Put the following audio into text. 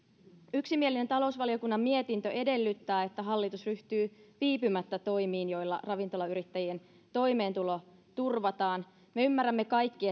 yksimielinen talousvaliokunnan mietintö edellyttää että hallitus ryhtyy viipymättä toimiin joilla ravintolayrittäjien toimeentulo turvataan me kaikki